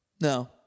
No